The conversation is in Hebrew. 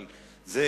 אבל זה,